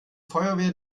feuerwehr